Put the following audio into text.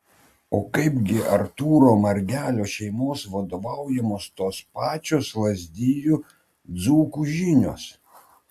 o kaip gi artūro margelio šeimos vadovaujamos tos pačios lazdijų dzūkų žinios